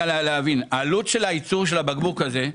העלות של הייצור של הבקבוק הזה,